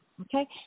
Okay